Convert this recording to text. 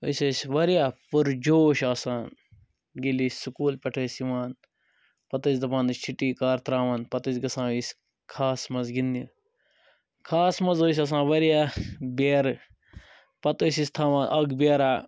أسۍ ٲسۍ واریاہ پُرجوش آسان ییٚلہِ أسۍ سُکول پٮ۪ٹھ ٲسۍ یِوان پَتہٕ ٲسۍ دَپان أسۍ چھُٹی کر ترٛاوان پَتہٕ ٲسۍ گَژھان أسۍ کھَہَس مَنٛز گِنٛدنہِ کھَہَس مَنٛز ٲسۍ آسان واریاہ بیرٕ پَتہٕ ٲسۍ أسۍ تھاوان اَکھ بیرَہ